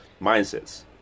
mindsets